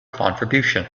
contributions